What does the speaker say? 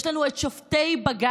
יש לנו את שופטי בג"ץ.